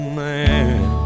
man